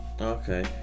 okay